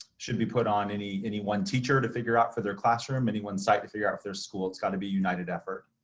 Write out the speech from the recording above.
should be put on any any one teacher to figure out for their classroom, anyone site to figure out for their school. it's gotta be a united effort.